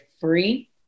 free